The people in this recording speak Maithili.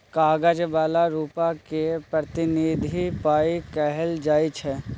कागज बला रुपा केँ प्रतिनिधि पाइ कहल जाइ छै